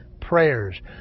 prayers